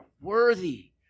Worthy